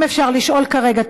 אם אפשר לשאול כרגע,